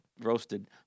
Roasted